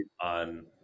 on